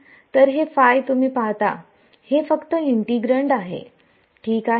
तर हे तुम्ही पाहता हे फक्त हे इंटिग्रँड आहे ठीक आहे